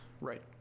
Right